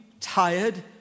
tired